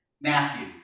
Matthew